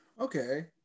Okay